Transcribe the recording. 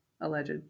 alleged